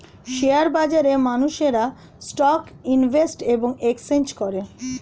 share বাজারে মানুষেরা stock invest এবং এক্সচেঞ্জ করে